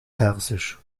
persisch